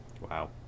Wow